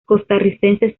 costarricenses